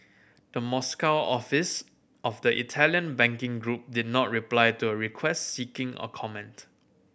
the Moscow office of the Italian banking group did not reply to a request seeking a comment